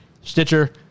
Stitcher